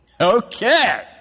Okay